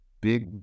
big